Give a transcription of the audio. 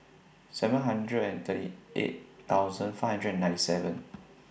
seven hundred and thirty eight thousand five hundred and ninety seven